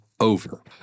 over